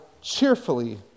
cheerfully